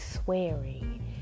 swearing